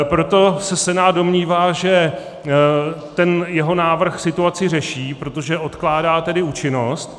Proto se Senát domnívá, že jeho návrh situaci řeší, protože odkládá tedy účinnost.